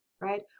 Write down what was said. Right